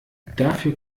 dafür